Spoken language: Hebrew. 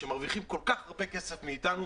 שמרוויחים כל כך הרבה כסף מאיתנו...